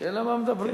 השאלה מה מדברים.